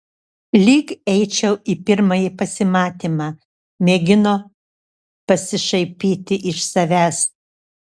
lyg eičiau į pirmąjį pasimatymą mėgino pasišaipyti iš savęs